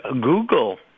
Google